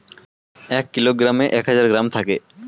এক কিলোগ্রামে এক হাজার গ্রাম থাকে